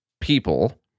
people